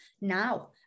Now